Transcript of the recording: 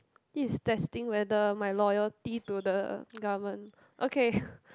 this is testing whether my loyalty to the government okay